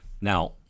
Now